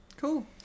cool